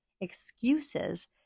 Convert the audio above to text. Excuses